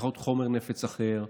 יכול להיות חומר נפץ אחר,